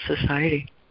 Society